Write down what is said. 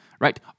right